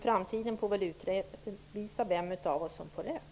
Framtiden får väl utvisa vem av oss som har rätt.